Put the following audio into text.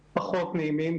לעומקם.